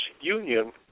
union